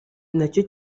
nacyo